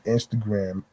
Instagram